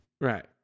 Right